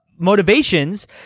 motivations